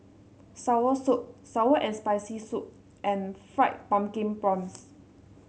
Soursop sour and Spicy Soup and Fried Pumpkin Prawns